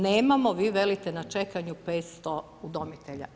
Nemamo, vi velite na čekanju 500 udomitelja.